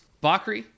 bakri